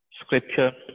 scripture